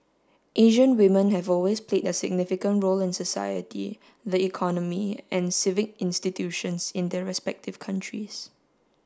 Asian women have always played a significant role in society the economy and civic institutions in their respective countries